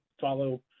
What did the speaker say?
follow